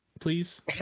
please